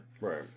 Right